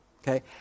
okay